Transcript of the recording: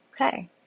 okay